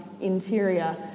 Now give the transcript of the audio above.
interior